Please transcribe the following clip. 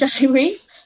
diaries